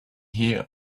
here